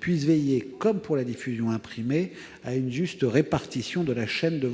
puisse veiller, comme pour la diffusion imprimée, à une juste répartition de la chaîne de